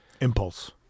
Impulse